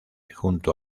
junto